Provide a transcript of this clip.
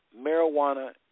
marijuana